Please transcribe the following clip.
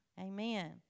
Amen